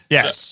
Yes